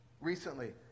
recently